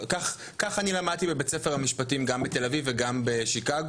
כך אני למדתי בבית ספר למשפטים גם בתל אביב וגם בשיקגו,